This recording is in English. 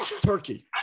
Turkey